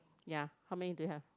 ya how many do you have